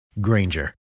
Granger